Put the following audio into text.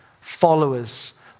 followers